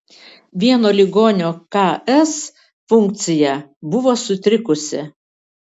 vieno ligonio ks funkcija buvo sutrikusi